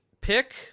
pick